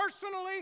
personally